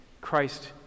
Christ